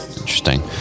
interesting